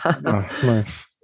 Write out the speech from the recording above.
nice